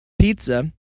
pizza